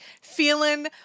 feeling